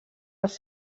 als